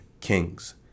kings